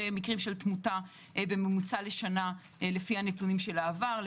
מקרי תמותה בממוצע לשנה לפי הנתונים של העבר,